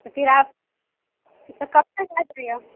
تو پھر آپ تو کب تک آ جائے گا